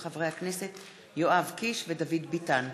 של חברי הכנסת יואב קיש ודוד ביטן.